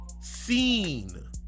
scene